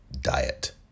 diet